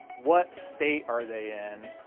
what state are they in,